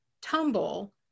tumble